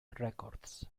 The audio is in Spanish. records